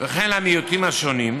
וכן למיעוטים השונים,